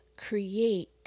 create